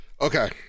Okay